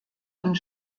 und